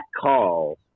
call